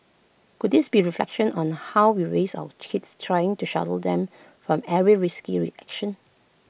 could this be reflection on how we raise our cheats trying to shelter them from every risky reaction